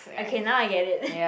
okay now I get it